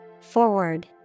Forward